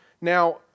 Now